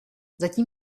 zatím